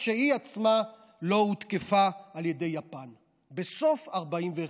שהיא עצמה לא הותקפה על ידי יפן בסוף 1941,